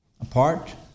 apart